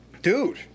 Dude